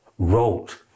wrote